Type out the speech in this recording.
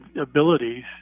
abilities